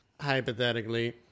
Hypothetically